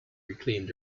reclaimed